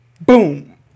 Boom